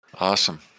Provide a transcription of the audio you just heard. Awesome